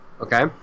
Okay